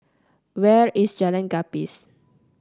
where is Jalan Gapis